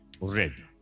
red